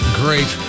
great